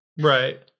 Right